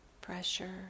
pressure